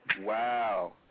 Wow